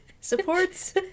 supports